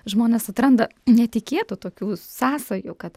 žmonės atranda netikėtų tokių sąsajų kad